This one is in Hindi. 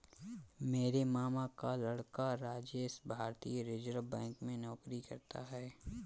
मेरे मामा का लड़का राजेश भारतीय रिजर्व बैंक में नौकरी करता है